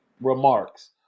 remarks